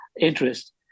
interest